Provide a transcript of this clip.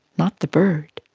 not the bird,